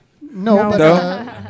No